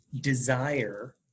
desire